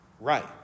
right